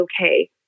okay